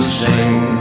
sing